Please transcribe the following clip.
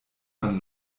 man